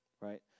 right